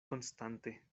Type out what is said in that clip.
konstante